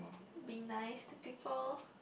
be nice to people